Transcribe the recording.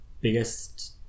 biggest